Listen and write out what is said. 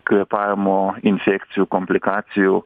kvėpavimo infekcijų komplikacijų